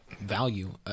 value